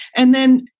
and then.